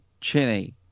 Chinny